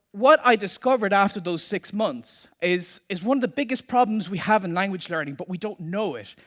what i discovered after those six months is is one of the biggest problems we have in language learning but we don't know it,